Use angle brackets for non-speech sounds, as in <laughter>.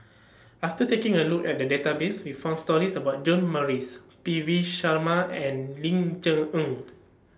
after taking A Look At The Database We found stories about John Morrice P V Sharma and Ling Cher Eng <noise>